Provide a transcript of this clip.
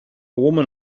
woman